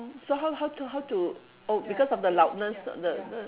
so how how to how to oh because of the loudness th~ th~